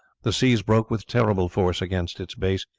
the seas broke with terrible force against its base,